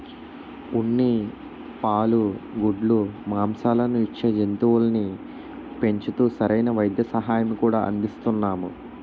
ఉన్ని, పాలు, గుడ్లు, మాంససాలను ఇచ్చే జంతువుల్ని పెంచుతూ సరైన వైద్య సహాయం కూడా అందిస్తున్నాము